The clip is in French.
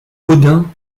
odin